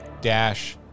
Dash